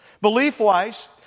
Belief-wise